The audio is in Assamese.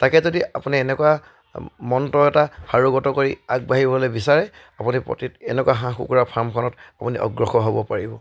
তাকে যদি আপুনি এনেকুৱা মন্ত্ৰ এটা কৰি আগবাঢ়িবলৈ বিচাৰে আপুনি প্ৰতি এনেকুৱা হাঁহ কুকুৰা ফাৰ্মখনত আপুনি অগ্ৰসৰ হ'ব পাৰিব